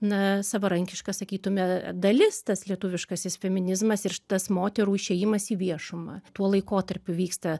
na savarankiška sakytume dalis tas lietuviškasis feminizmas ir tas moterų išėjimas į viešumą tuo laikotarpiu vyksta